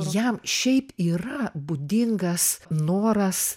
jam šiaip yra būdingas noras